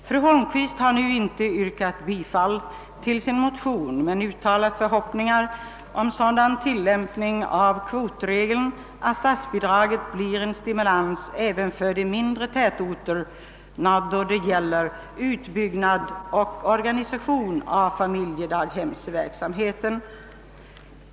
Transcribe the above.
Fru Holmqvist har inte yrkat bifall till sin motion men uttalat förhoppningar om sådan tillämpning av kvotregeln, att statsbidraget blir en stimulans även för de mindre. tätorterna då det gäller utbyggnad och - organisation avfamilje daghemsverksamheten.